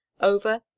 Over